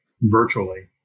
virtually